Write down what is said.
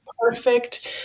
perfect